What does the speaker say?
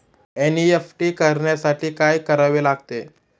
NEFT करण्यासाठी काय करावे लागते?